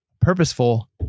purposeful